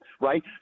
right